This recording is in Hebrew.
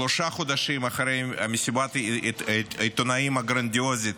שלושה חודשים אחרי מסיבת העיתונאים הגרנדיוזית